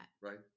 Right